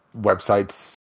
websites